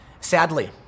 sadly